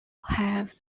have